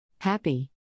Happy